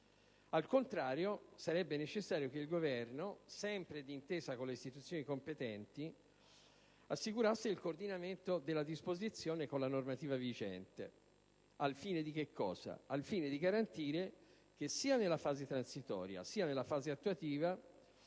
Sarebbe invece necessario che il Governo, sempre d'intesa con le istituzioni competenti, assicurasse il coordinamento della disposizione con la normativa vigente al fine di garantire che sia nella fase transitoria sia nella fase attuativa